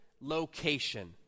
location